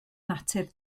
natur